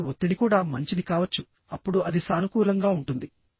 కాబట్టి ఒత్తిడి కూడా మంచిది కావచ్చు అప్పుడు అది సానుకూలంగా ఉంటుంది